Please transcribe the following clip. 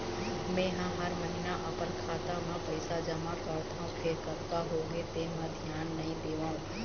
मेंहा हर महिना अपन खाता म पइसा जमा करथँव फेर कतका होगे तेन म धियान नइ देवँव